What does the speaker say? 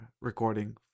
recording